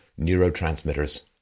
neurotransmitters